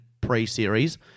pre-series